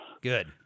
Good